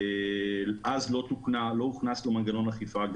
ואז לא הוכנס לו מנגנון אכיפה.